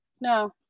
no